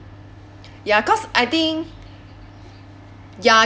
ya cause I think ya